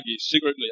secretly